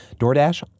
DoorDash